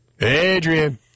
Adrian